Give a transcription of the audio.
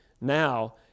now